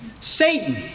Satan